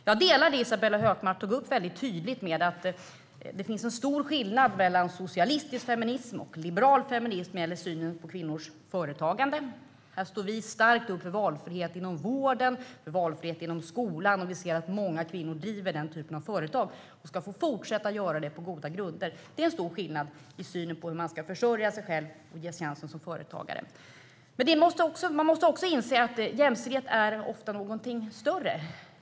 Jag delar det Isabella Hökmark sa mycket tydligt om att det finns en stor skillnad mellan socialistisk feminism och liberal feminism när det gäller synen på kvinnors företagande. Här står vi starkt upp för valfrihet inom vården och inom skolan, och vi ser att många kvinnor driver den typen av företag. De ska på goda grunder få fortsätta att göra det. Det är en stor skillnad i synen på hur man ska försörja sig själv och arbeta som företagare. Men man också inse att jämställdhet ofta är något större.